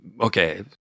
okay